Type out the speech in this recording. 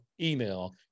email